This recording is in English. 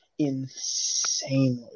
insanely